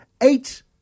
eight